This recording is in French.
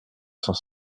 cent